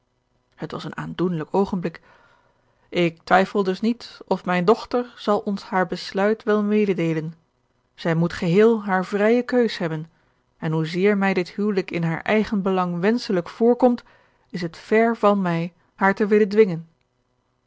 het was een aandoenlijk oogenblik ik twijfel dus niet of mijne dochter zal ons haar besluit wel mededeelen zij moet geheel hare vrije keuze hebben en hoezeer mij dit huwelijk in haar eigen belang wenschelijk voorkomt is het vèr van mij haar te willen dwingen